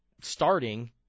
starting